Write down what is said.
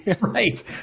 Right